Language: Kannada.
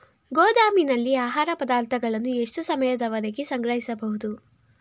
ಗೋದಾಮಿನಲ್ಲಿ ಆಹಾರ ಪದಾರ್ಥಗಳನ್ನು ಎಷ್ಟು ಸಮಯದವರೆಗೆ ಸಂಗ್ರಹಿಸಬಹುದು?